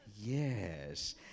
Yes